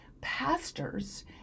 pastors